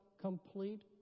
complete